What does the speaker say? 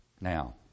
Now